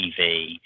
TV